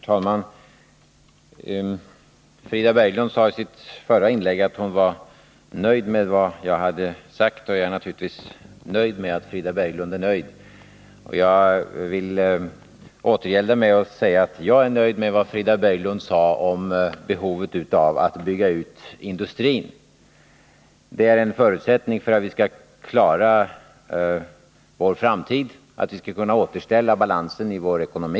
Herr talman! Frida Berglund sade i sitt förra inlägg att hon var nöjd med vad jag hade sagt, och jag är naturligtvis nöjd med att Frida Berglund är nöjd. Jag vill återgälda med att säga att jag är nöjd med vad Frida Berglund sade om behovet av att bygga ut industrin. Det är en förutsättning för att vi skall klara vår framtid och för att vi skall kunna återställa balansen i vår ekonomi.